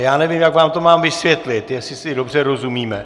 Já nevím, jak vám to mám vysvětlit, jestli si dobře rozumíme.